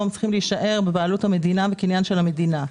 צריכים להישאר בבעלות המדינה ובקניין של המדינה,